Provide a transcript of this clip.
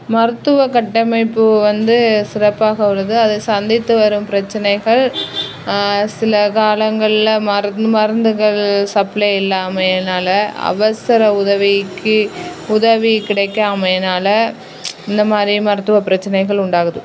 மருத்துவ கட்டமைப்பு வந்து சிறப்பாக உள்ளது அதில் சந்தித்து வரும் பிரச்சினைகள் சில காலங்களில் மருந்துகள் சப்ளை இல்லாமையினால அவசர உதவிக்கு உதவி கிடைக்காமயினால் இந்த மாதிரி மருத்துவ பிரச்சினைகள் உண்டாகுது